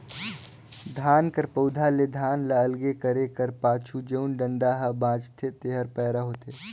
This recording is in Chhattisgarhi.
धान कर पउधा ले धान ल अलगे करे कर पाछू जउन डंठा हा बांचथे तेहर पैरा होथे